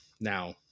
Now